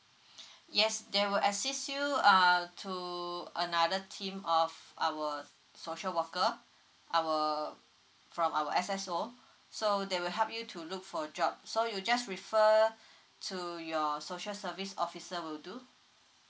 yes they will assist you err to another team of our social worker our from our S_S_O so they will help you to look for a job so you just refer to your social service officer will do